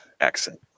accent